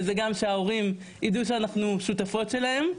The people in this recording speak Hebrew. זה גם שההורים יידעו שאנחנו שותפות שלהם,